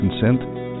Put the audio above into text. consent